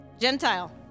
Gentile